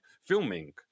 filming